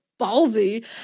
ballsy